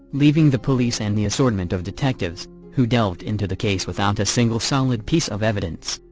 leaving the police and the assortment of detectives who delved into the case without a single solid piece of evidence.